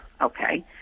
okay